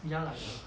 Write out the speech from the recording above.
ya lah ya lah